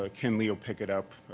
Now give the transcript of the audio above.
ah ken lee will pick it up,